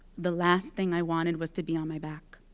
the last thing i wanted was to be on my back.